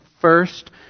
first